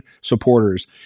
supporters